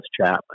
Chapman